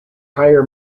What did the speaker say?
higher